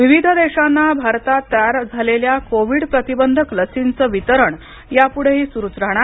विविध देशांना भारतात तयार झालेल्या कोविड प्रतिबंधक लसींच वितरण यापुढेही सुरूच राहणार